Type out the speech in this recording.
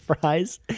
fries